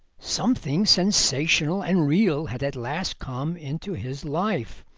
something sensational and real had at last come into his life